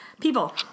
People